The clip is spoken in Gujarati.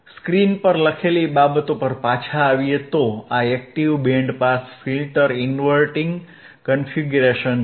સ્ક્રીન પર લખેલી બાબતો પર પાછા આવીએ તો આ active band pass filter inverting configuration છે